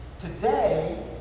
today